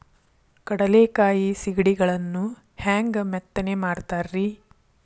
ಕಡಲೆಕಾಯಿ ಸಿಗಡಿಗಳನ್ನು ಹ್ಯಾಂಗ ಮೆತ್ತನೆ ಮಾಡ್ತಾರ ರೇ?